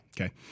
okay